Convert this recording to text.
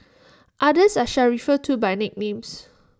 others I shall refer to by nicknames